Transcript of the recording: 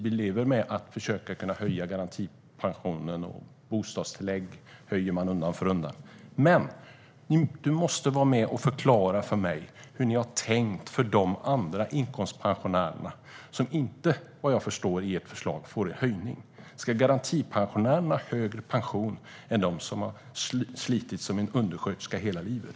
Vi lever med att försöka höja garantipensionen, och bostadstillägg höjer man undan för undan. Men du måste förklara för mig hur ni har tänkt när det gäller inkomstpensionärerna, som vad jag förstår inte får en höjning i ert förslag. Ska garantipensionärerna ha högre pension än de som har slitit som undersköterskor hela livet?